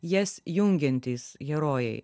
jas jungiantys herojai